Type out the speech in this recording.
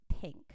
pink